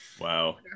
wow